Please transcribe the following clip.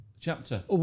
chapter